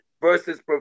versus